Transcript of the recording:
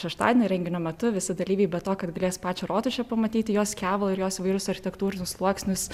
šeštadienio renginio metu visi dalyviai be to kad galės pačią rotušę pamatyti jos kevalą ir jos įvairius architektūrinius sluoksnius